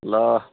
ल